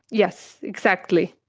yes, exactly.